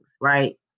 right